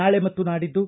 ನಾಳೆ ಮತ್ತು ನಾಡಿದ್ದು